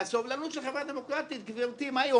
והסובלנות של חברה דמוקרטית, גברתי, מה היא אומרת?